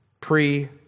pre